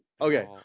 Okay